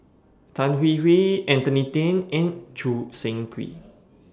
Tan Hwee Hwee Anthony Then and Choo Seng Quee